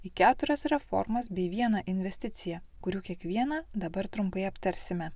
į keturias reformas bei vieną investiciją kurių kiekvieną dabar trumpai aptarsime